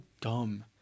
dumb